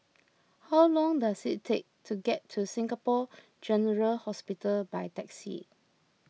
how long does it take to get to Singapore General Hospital by taxi